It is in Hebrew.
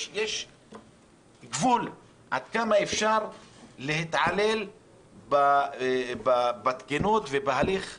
יש גבול עד כמה אפשר להתעלל בתקינות ובהליך הראוי,